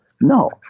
No